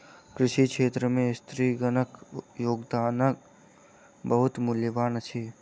कृषि क्षेत्र में स्त्रीगणक योगदान बहुत मूल्यवान अछि